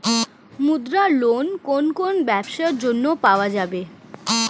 মুদ্রা লোন কোন কোন ব্যবসার জন্য পাওয়া যাবে?